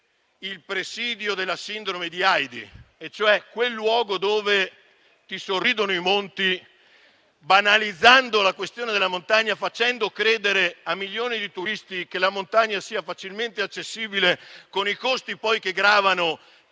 il termine sindrome di Heidi, cioè quel luogo dove «ti sorridono i monti», banalizzando la questione della montagna, facendo credere a milioni di turisti che la montagna sia facilmente accessibile, con i costi che poi gravano,